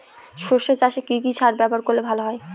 সর্ষে চাসে কি কি সার ব্যবহার করলে ভালো হয়?